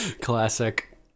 Classic